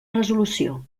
resolució